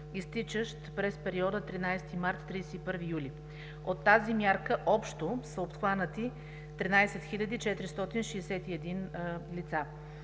изтичащ през периода 13 март – 31 юли. От тази мярка общо са обхванати 13 461 лица.